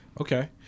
okay